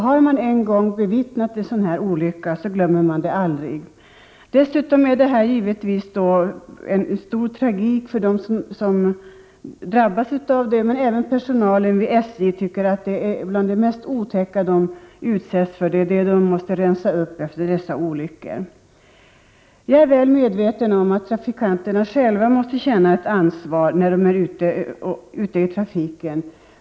Har man en gång bevittnat en sådan olycka glömmer man det aldrig. Dessutom handlar det givetvis om en stor tragedi för dem som drabbas. Men även personalen vid SJ tycker att bland det mest otäcka som de utsätts för är när de måste rensa upp efter dessa olyckor. Jag är väl medveten om att trafikanterna själva måste känna ett ansvar när de är ute i trafiken.